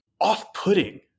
off-putting